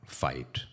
fight